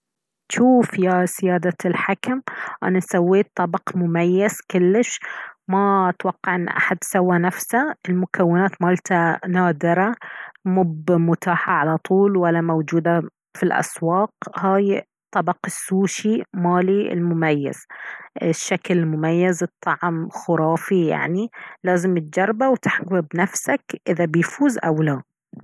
شوف يا سيادة الحكم انا سويت طبق مميز كلش ما اتوقع ان احد سوى نفسه المكونات مالته نادرة مب متاحة على طول ولا موجودة في الاسواق هاي طبق السوشي مالي المميز الشكل مميز الطعم خرافي يعني لازم تجربه وتحكم بنفسك اذا بيفوز او لا